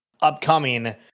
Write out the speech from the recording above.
upcoming